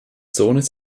sohnes